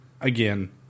again